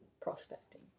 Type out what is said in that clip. prospecting